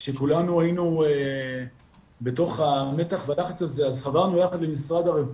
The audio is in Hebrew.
כשכולנו היינו בתוך המתח והלחץ הזה חברנו יחד עם משרד הרווחה,